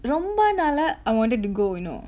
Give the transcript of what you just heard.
ரொம்ப நாளா:romba naalaa I wanted to go you know